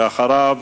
ואחריו,